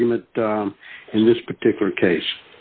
argument in this particular case